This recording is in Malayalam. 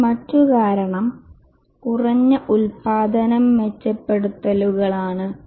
എന്നാൽ മറ്റ്കാരണം കുറഞ്ഞ ഉൽപാദനം മെച്ചപ്പെടുത്തലുകൾ ആണ്